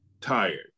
tired